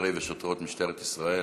שוטרי ושוטרות משטרת ישראל.